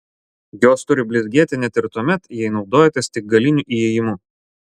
jos turi blizgėti net ir tuomet jei naudojatės tik galiniu įėjimu